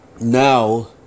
Now